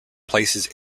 places